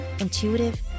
intuitive